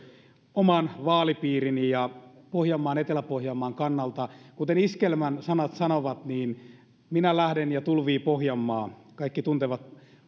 oman vaalipiirini ja pohjanmaan etelä pohjanmaan kannalta kuten iskelmän sanat sanovat niin minä lähden ja tulvii pohjanmaa kaikki tuntevat